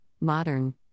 modern